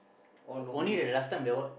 all no good